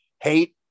hate